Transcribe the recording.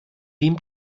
wem